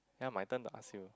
now my turn to ask you